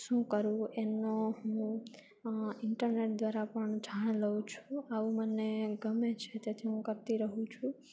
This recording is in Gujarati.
શું કરવું એમનો હું ઈન્ટરનેટ દ્વારા પણ જાણી લઉં છું આવું મને ગમે છે તેથી હું કરતી રહું છું